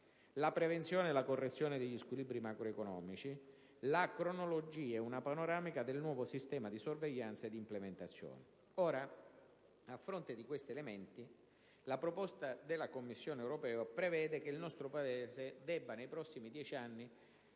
la prevenzione e la correzione degli squilibri macroeconomici; la cronologia e una panoramica del nuovo sistema di sorveglianza ed implementazione. A fronte dei suddetti elementi, la proposta della Commissione europea prevede inoltre che il nostro Paese debba, nei prossimi 10 anni,